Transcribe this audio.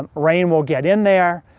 um rain will get in there.